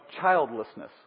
childlessness